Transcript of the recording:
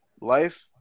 life